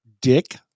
dick